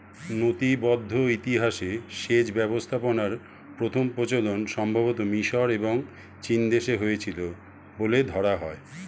নথিবদ্ধ ইতিহাসে সেচ ব্যবস্থাপনার প্রথম প্রচলন সম্ভবতঃ মিশর এবং চীনদেশে হয়েছিল বলে ধরা হয়